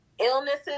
illnesses